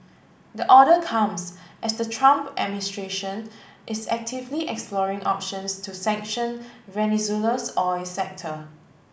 the order comes as the Trump administration is actively exploring options to sanction Venezuela's oil sector